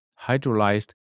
hydrolyzed